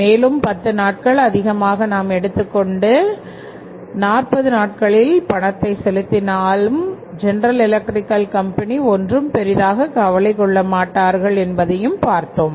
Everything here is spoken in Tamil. மேலும் பத்து நாட்கள் அதிகமாக நாம் எடுத்துக் கொண்டு 40 நாட்களில் பணத்தை செலுத்தினாலும் ஜெனரல் எலெக்ட்ரிக் கம்பெனி ஒன்றும் பெரிதாக கவலை கொள்ள மாட்டார்கள் என்பதையும் பார்த்தோம்